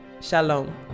Shalom